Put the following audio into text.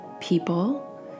people